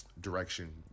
direction